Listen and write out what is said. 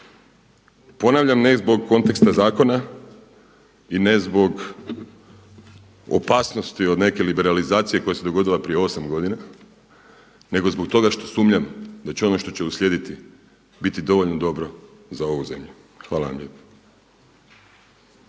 ponavljam ne zbog konteksta zakona i ne zbog opasnosti od neke liberalizacije koja se dogodila prije osam godina nego zbog toga što sumnjam da će ono što će uslijediti biti dovoljno dobro za ovu zemlju. Hvala vam lijepo.